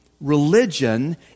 Religion